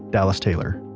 dallas taylor.